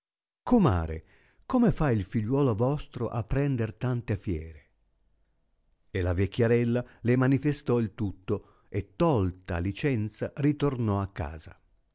comare come fa il figliuolo vostro a prender tante fiere e la vecchiarella le manifestò il tutto e tolta licenza ritornò a casa